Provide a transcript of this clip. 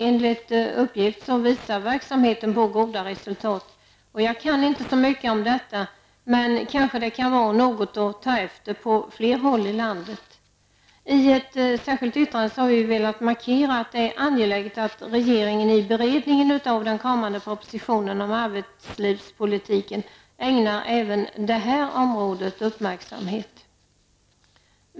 Enligt uppgift visar verksamheten på goda resultat. Jag kan inte så mycket om detta, men kanske kan det vara något att ta efter på fler håll i landet. I ett särskilt yttrande har vi velat markera att det är angeläget att regeringen i beredningen av den kommande propositionen om arbetslivspolitiken ägnar även det här området uppmärksamhet.